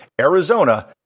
Arizona